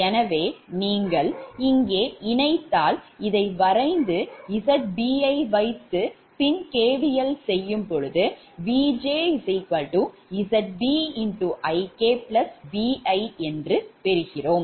எனவே நீங்கள் இங்கே இணைத்தால் இதை வரைந்து Zb யை வைத்து பின் KVL செய்தால் Vj ZbIk Vi என்று ஆகிறது